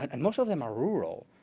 and most of them are rural,